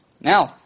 Now